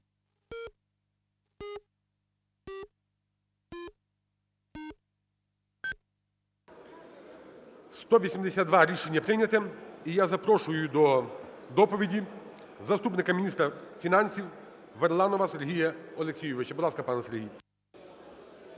За-182 Рішення прийнято. І я запрошую до доповіді заступника міністра фінансів Верланова Сергія Олексійовича. Будь ласка, пане Сергій.